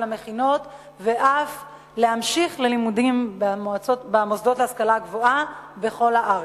המכינות ואף להמשיך ללימודים במוסדות להשכלה גבוהה בכל הארץ.